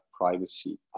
privacy